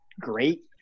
great